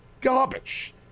garbage